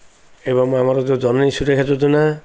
ଏବଂ ଆମର ଯେଉଁ ଜନନୀ ସୁରକ୍ଷା ଯୋଜନା